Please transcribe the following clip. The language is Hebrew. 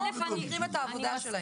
אנחנו מעריכים מאוד את העבודה שלהם.